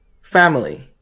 Family